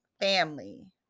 family